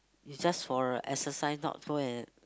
is just for a exercise not go and